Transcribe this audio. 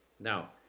Now